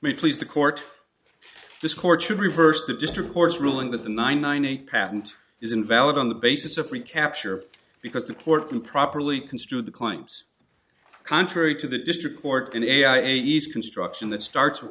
may please the court this court should reverse the district court's ruling that the nine nine eight patent is invalid on the basis of recapture because the court improperly construed the claims contrary to the district court in a i e's construction that starts with